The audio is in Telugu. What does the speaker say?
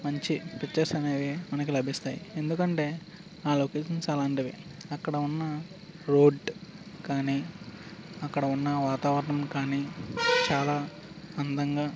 మంచి పిక్చర్స్ అనేవి మనకి లభిస్తాయి ఎందుకంటే ఆ లొకేషన్ చాలా అలాంటివి అక్కడ ఉన్న రోడ్ కానీ అక్కడ ఉన్న వాతావరణం కానీ చాలా అందంగా